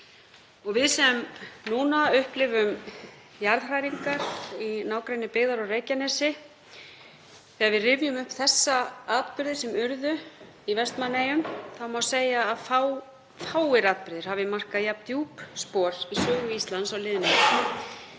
við sem núna upplifum jarðhræringar í nágrenni byggðar á Reykjanesi rifjum upp þessa atburði sem urðu í Vestmannaeyjum má segja að fáir atburðir hafi markað jafn djúp spor í sögu Íslands á liðinni öld.